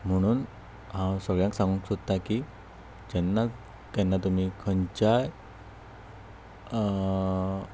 म्हणून हांव सगळ्यांक सांगूंक सोदता की जेन्ना केन्ना तुमी खंयच्याय